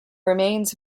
remains